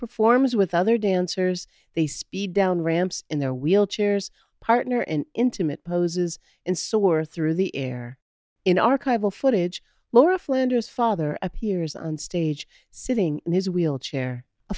performs with other dancers they speed down ramps in their wheelchairs partner in intimate poses and so were through the air in archival footage laura flanders father appears on stage sitting in his wheelchair a